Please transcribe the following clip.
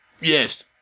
yes